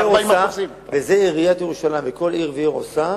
זה 40%. את זה עיריית ירושלים וכל עיר ועיר עושה